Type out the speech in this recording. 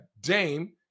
Dame